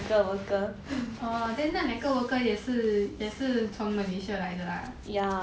orh then 那两个 worker 也是也是从 malaysia 来的 ah